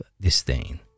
disdain